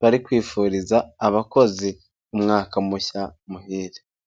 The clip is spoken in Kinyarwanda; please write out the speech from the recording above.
bari kwifuriza abakozi umwaka mushya muhire.